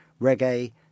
reggae